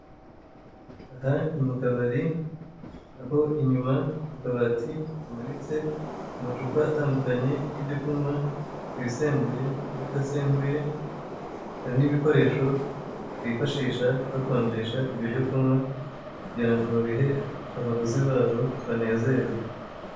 Aha ni mu kabari, aho inyuma mu kabati hamanitse amacupa atandukanye y'ibyo kunywa ibisembuye n'ibidasembuye, hari n'ibikoresho bifashisha bakonjesha ibyo byo kunywa kugira ngo babihe abaguzi babo banezerwe.